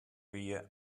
wie